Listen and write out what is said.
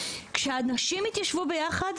כשאנשים התיישבו ביחד,